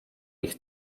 ich